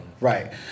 right